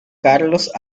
carlos